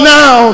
now